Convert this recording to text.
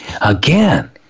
again